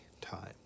time